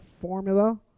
formula